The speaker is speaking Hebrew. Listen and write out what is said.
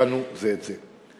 הבנו זה את זה.